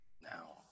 now